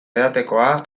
edatekoa